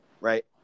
right